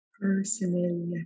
personal